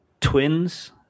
twins